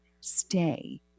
stay